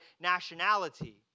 nationality